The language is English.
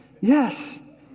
Yes